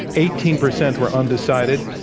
eighteen percent were undecided.